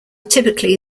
typically